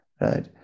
right